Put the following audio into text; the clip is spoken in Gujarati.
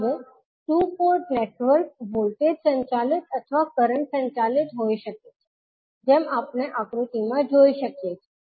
હવે ટુ પોર્ટ નેટવર્ક વોલ્ટેજ સંચાલિત અથવા કરંટ સંચાલિત હોઈ શકે છે જેમ આપણે આકૃતિમાં જોઈ શકીએ છીએ